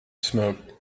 smoke